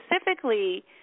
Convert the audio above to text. specifically